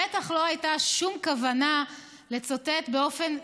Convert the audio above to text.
בטח לא הייתה שום כוונה לצותת באופן ספציפי,